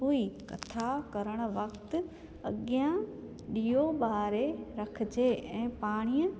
हुई कथा करणु वक़्तु अॻियां ॾीओ बारे रखिजे ऐं पाणीअ